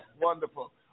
wonderful